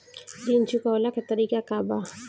ऋण चुकव्ला के तरीका का बा?